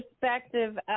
perspective